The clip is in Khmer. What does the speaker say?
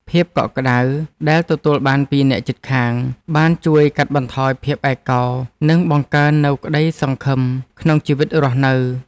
ភាពកក់ក្តៅដែលទទួលបានពីអ្នកជិតខាង បានជួយកាត់បន្ថយភាពឯកោ និងបង្កើននូវក្តីសង្ឃឹមក្នុងជីវិតរស់នៅ។